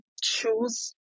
choose